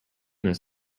this